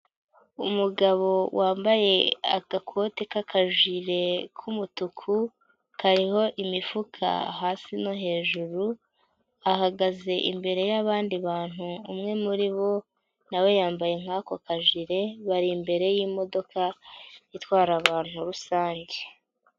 Umugabo wambaye agakote k'akajire k'umutuku, kariho imifuka hasi no hejuru, ahagaze imbere y'abandi bantu, umwe muri bo na we yambaye nka'ko kajile, bari imbere y'imodoka itwara abantu rusange.